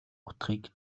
утгыг